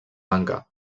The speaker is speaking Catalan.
banca